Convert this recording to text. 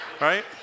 right